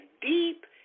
deep